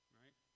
right